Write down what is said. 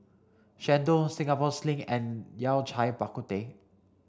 Chendol Singapore Sling and Yao Cai Bak Kut Teh